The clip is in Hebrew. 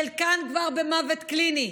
חלקן כבר במוות קליני.